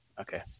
okay